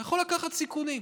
אתה יכול לקחת סיכונים.